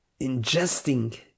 ingesting